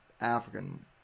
African